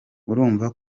urumva